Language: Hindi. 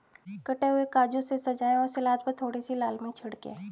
कटे हुए काजू से सजाएं और सलाद पर थोड़ी सी लाल मिर्च छिड़कें